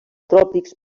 tròpics